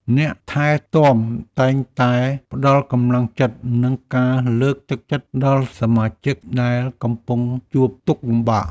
អ្នកថែទាំតែងតែផ្តល់កម្លាំងចិត្ត និងការលើកទឹកចិត្តដល់សមាជិកដែលកំពុងជួបទុក្ខលំបាក។